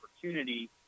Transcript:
opportunity